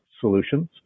Solutions